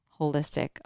holistic